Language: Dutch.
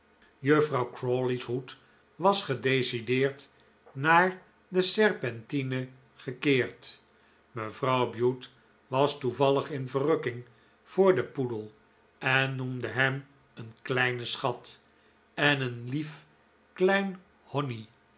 juffrouw crawley's hoed was gedecideerd naar de serpentine gekeerd mevrouw bute was toevallig in verrukking voor den poedel en noemde hero een kleinen schat en een lief klein honnie